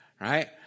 right